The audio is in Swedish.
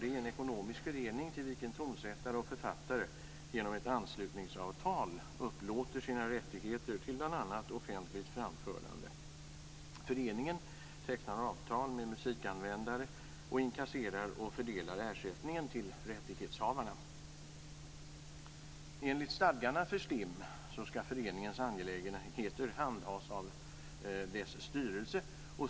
Det är en ekonomisk förening till vilken tonsättare och författare genom ett anslutningsavtal upplåter sina rättigheter till bl.a. offentligt framförande. Föreningen tecknar avtal med musikanvändare och inkasserar och fördelar ersättningen till rättighetshavarna. Enligt STIM:s stadgar skall föreningens angelägenheter handhas av dess styrelse.